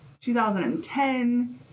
2010